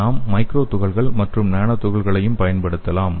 நாம் மைக்ரோ துகள்கள் மற்றும் நானோ துகள்களையும் பயன்படுத்தலாம்